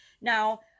Now